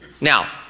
Now